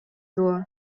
дуо